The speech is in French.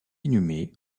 inhumée